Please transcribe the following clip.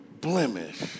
blemish